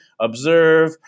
observe